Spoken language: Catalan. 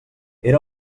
era